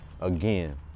again